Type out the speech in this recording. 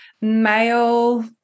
male